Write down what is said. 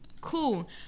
Cool